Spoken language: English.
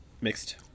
mixed